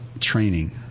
training